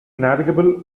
navigable